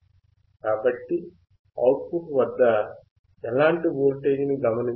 కాబట్టి output వద్ద ఎలాంటి వోల్టేజ్ ని గమనించగలము